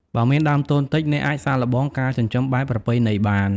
បើមានដើមទុនតិច អ្នកអាចសាកល្បងការចិញ្ចឹមបែបប្រពៃណីបាន។